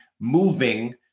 moving